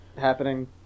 happening